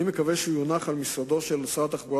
אני מקווה שהחוק יונח במשרדו של שר התחבורה